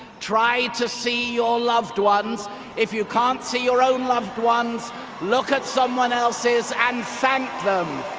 try to see your loved ones if you can't see your own loved ones look at someone else's and thank them.